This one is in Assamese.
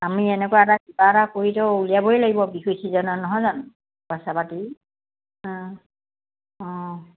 আমি এনেকুৱা এটা কিবা এটা কৰিটো উলিয়াবয়েই লাগিব বিহু ছিজনৰ নহয় জানো পইচা পাতি অঁ অঁ